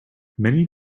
many